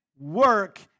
work